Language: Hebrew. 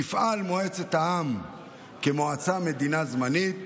תפעל מועצת העם כמועצת מדינה זמנית,